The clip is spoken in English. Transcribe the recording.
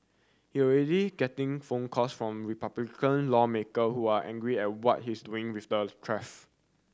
he already getting phone calls from Republican lawmaker who are angry at what he's doing with the